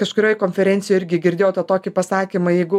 kažkurioj konferencijoj irgi girdėjau tą tokį pasakymą jeigu